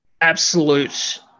absolute